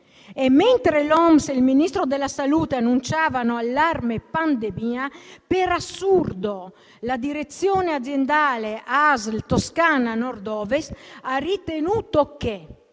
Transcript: Mentre l'OMS e il Ministro della salute annunciavano l'allarme pandemia, per assurdo, la direzione aziendale ASL-Toscana Nord Ovest ha ritenuto che: